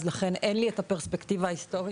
אז לכן אין לי את הפרספקטיבה ההיסטורית.